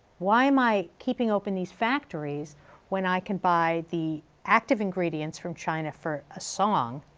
why am i keeping open these factories when i can buy the active ingredients from china for a song,